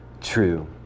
true